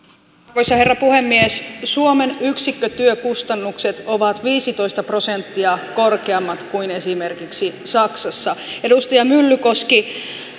arvoisa herra puhemies suomen yksikkötyökustannukset ovat viisitoista prosenttia korkeammat kuin esimerkiksi saksassa edustaja myllykoski